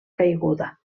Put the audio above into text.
caiguda